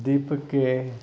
ದೀಪಕ್ಕೆ